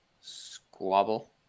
squabble